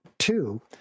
Two